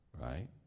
right